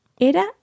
era